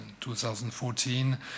2014